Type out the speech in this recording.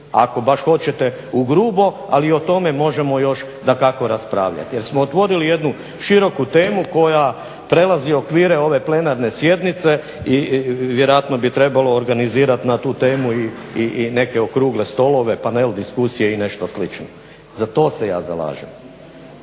Ako baš hoćete ugrubo, ali i o tome možemo još dakako raspravljati. Jer smo otvorili jednu široku temu koja prelazi okvire ove plenarne sjednice i vjerojatno bi trebalo organizirati na tu temu i neke okrugle stolove, panel diskusije i nešto slično. Za to se ja zalažem.